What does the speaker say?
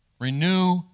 Renew